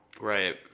Right